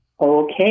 Okay